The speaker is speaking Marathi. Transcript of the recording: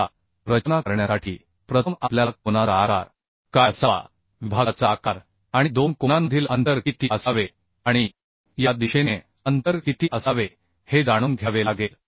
आता रचना करण्यासाठी प्रथम आपल्याला कोनाचा आकार काय असावा विभागाचा आकार आणि दोन कोनांमधील अंतर किती असावे आणि या दिशेने अंतर किती असावे हे जाणून घ्यावे लागेल